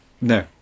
No